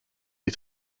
des